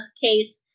case